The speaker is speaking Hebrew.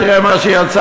תראה מה שיצא,